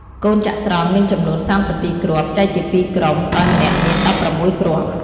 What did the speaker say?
កូនចត្រង្គមានចំនួន ៣២គ្រាប់ ចែកជាពីរជាក្រុម ដោយម្នាក់មាន ១៦គ្រាប់។